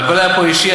הכול היה פה אישי,